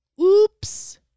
Oops